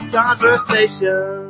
conversation